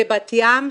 בבת ים,